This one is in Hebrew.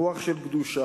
רוח של קדושה.